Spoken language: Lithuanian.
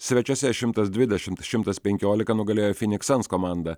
svečiuose šimtas dvidešimt šimtas penkiolika nugalėjo phoenix suns komandą